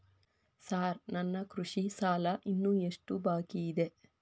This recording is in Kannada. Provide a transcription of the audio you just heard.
ಸಾರ್ ನನ್ನ ಕೃಷಿ ಸಾಲ ಇನ್ನು ಎಷ್ಟು ಬಾಕಿಯಿದೆ?